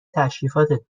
تشریفاتت